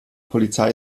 polizei